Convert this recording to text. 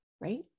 right